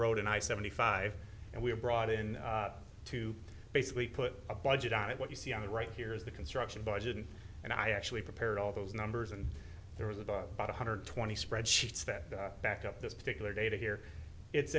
road and i seventy five and we're brought in to basically put a budget on it what you see on the right here is the construction budget and i actually prepared all those numbers and there was about one hundred twenty spread sheets that back up this particular data here it's